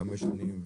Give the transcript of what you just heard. חמש שנים.